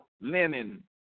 linen